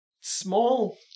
small